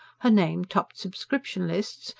her name topped subscription-lists,